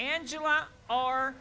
angela or